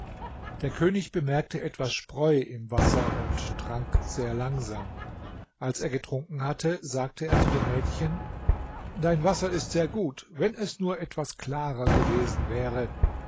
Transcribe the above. der könig bemerkte etwas spreu im wasser und trank sehr langsam als er getrunken hatte sagte er zu dem mädchen dein wasser ist sehr gut wenn es nur etwas klarer gewesen wäre